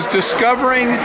discovering